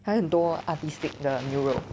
还有很多 artistic 的 mural